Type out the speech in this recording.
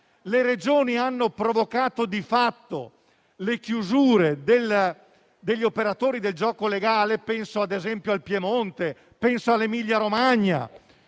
le Regioni hanno provocato di fatto le chiusure degli operatori del gioco legale (penso ad esempio al Piemonte o all'Emilia-Romagna),